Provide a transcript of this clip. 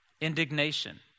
indignation